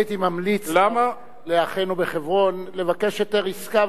אני הייתי ממליץ לאחינו בחברון לבקש היתר עסקה,